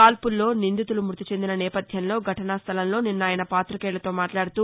కాల్పుల్లో నిందితులు మృతిచెందిన నేపథ్యంలో ఘటనాస్టలంలో నిన్న ఆయస పాతికేయులతో మాట్లాడుతూ